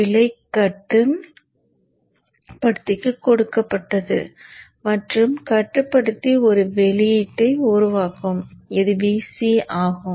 பிழை கட்டுப்படுத்திக்கு கொடுக்கப்பட்டது மற்றும் கட்டுப்படுத்தி ஒரு வெளியீட்டை உருவாக்கும் இது Vc ஆகும்